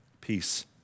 Peace